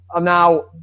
now